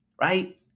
Right